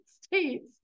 States